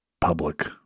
public